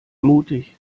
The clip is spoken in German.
mutig